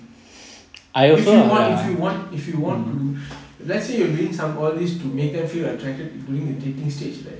if you want if you want if you want to do if let's say you are doing some all this to make them feel attracted during the dating stage already